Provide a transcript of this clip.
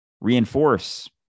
reinforce